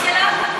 משרד החינוך,